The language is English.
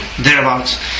thereabouts